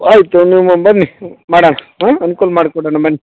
ಆಯಿತು ನೀವು ಬನ್ನಿ ಮಾಡೋಣ ಹ್ಞೂ ಅನುಕೂಲ ಮಾಡಿ ಕೊಡೋಣ ಬನ್ನಿ